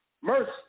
mercy